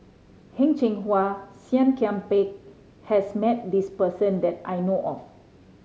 Heng Cheng Hwa Seah Kian Peng has met this person that I know of